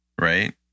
Right